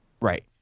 Right